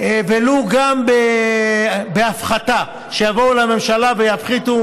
ולו גם בהפחתה, שיבואו לממשלה ויפחיתו